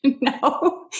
No